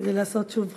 כדי לעשות שוב בחירות.